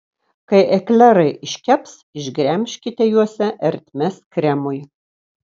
kai eklerai iškeps išgremžkite juose ertmes kremui